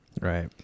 Right